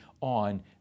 on